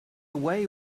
away